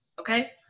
Okay